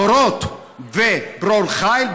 דורות וברור חיל,